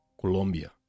Colombia